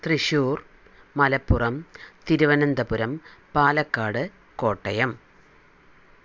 Thrissur Malappuram Thiruvananthapuram Palakkad Kottayam